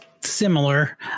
similar